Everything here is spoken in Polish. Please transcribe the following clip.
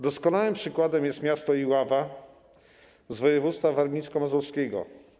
Doskonałym przykładem jest miasto Iława z województwa warmińsko-mazurskiego.